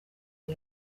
ubu